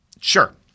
Sure